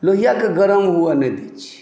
लोहिआके गरम हुअऽ नहि दै छिए